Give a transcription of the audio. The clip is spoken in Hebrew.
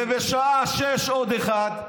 ובשעה 18:00,